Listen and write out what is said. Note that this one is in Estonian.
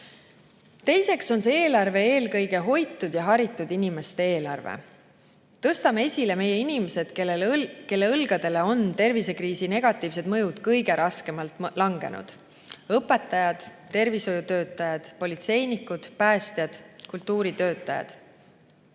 Teiseks on see eelarve eelkõige hoitud ja haritud inimeste eelarve. Tõstame esile meie inimesed, kelle õlgadele on tervisekriisi negatiivsed mõjud kõige raskemalt langenud: õpetajad, tervishoiutöötajad, politseinikud, päästjad, kultuuritöötajad.